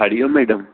Hariom madam